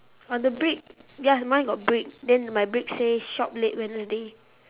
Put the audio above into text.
on the brick yes mine got brick then my brick says shop late wednesday